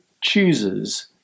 chooses